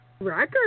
Record